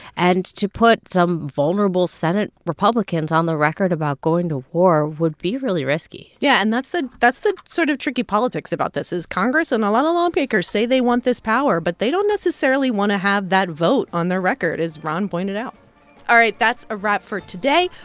and to put some vulnerable senate republicans on the record about going to war would be really risky yeah, and that's the that's the sort of tricky politics about this is congress and a lot of lawmakers say they want this power, but they don't necessarily want to have that vote on their record, as ron pointed out all right. that's a wrap for today.